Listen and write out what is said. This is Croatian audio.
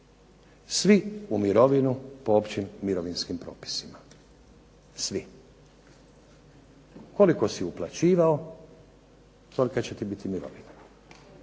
svi u mirovinu po općim mirovinskim propisima. Svi. Koliko si uplaćivao, tolika će ti biti mirovina,